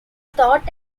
taught